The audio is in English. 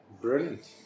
Brilliant